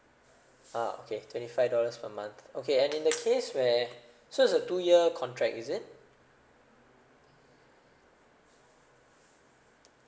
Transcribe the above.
ah okay twenty five dollars per month okay and in the case where so it's a two year contract is it